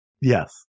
Yes